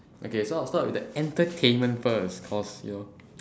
okay so I will start with the entertain first because you know